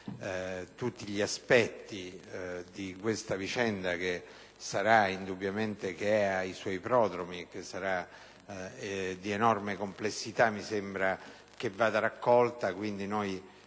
tutti gli aspetti di questa vicenda, che indubbiamente è ai suoi prodromi e che sarà di enorme complessità, mi sembra vada accolta. Quindi,